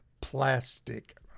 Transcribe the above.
Plastic